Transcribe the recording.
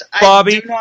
Bobby